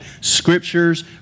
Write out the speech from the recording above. Scriptures